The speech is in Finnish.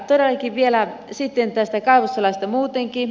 todellakin vielä sitten tästä kaivoslaista muutenkin